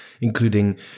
including